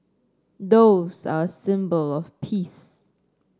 doves are a symbol of peace